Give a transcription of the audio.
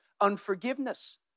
Unforgiveness